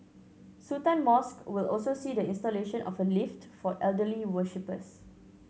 Sultan Mosque will also see the installation of a lift for elderly worshippers